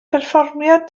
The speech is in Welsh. perfformiad